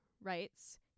writes